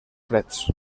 freds